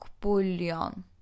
bouillon